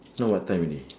now what time already